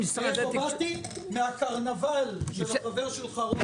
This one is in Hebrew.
באתי מקרנבל של החבר שלך רוטמן.